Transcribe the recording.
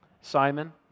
Simon